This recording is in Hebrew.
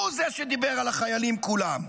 הוא זה שדיבר על החיילים כולם.